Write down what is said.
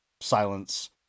silence